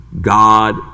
God